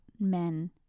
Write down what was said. men